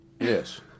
yes